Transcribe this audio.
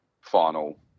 final